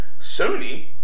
Sony